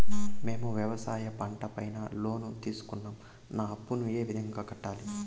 మేము వ్యవసాయ పంట పైన లోను తీసుకున్నాం నా అప్పును ఏ విధంగా కట్టాలి